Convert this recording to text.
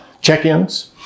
check-ins